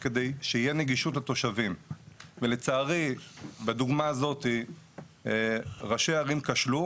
כדי שתהיה נגישות לתושבים ולצערי בדוגמה הזאת ראשי הערים כשלו